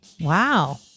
Wow